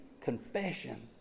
confession